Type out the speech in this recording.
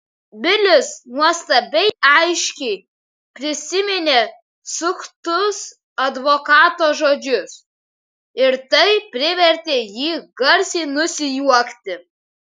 bilis nuostabiai aiškiai prisiminė suktus advokato žodžius ir tai privertė jį garsiai nusijuokti